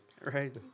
Right